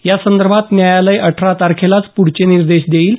यासंदर्भात न्यायालय अठरा तारखेलाच पुढचे निर्देश देईल